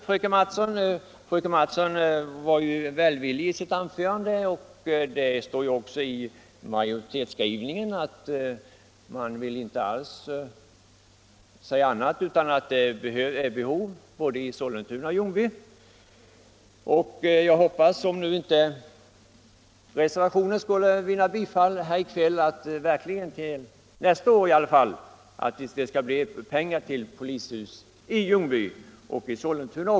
Fröken Mattson var välvillig i sitt anförande, och det står också i majoritetsskrivningen att man inte alls vill säga annat än att det finns behov av nytt polishus i både Sollentuna och Ljungby. Om reservationen inte nu skulle vinna bifall hoppas jag att det nästa år skall anslås pengar till polishus i Ljungby och Sollentuna.